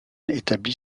établit